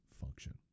function